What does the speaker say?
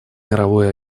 мировой